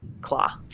claw